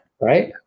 Right